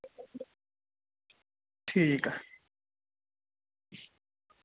ठीक ऐ